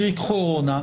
קרי קורונה,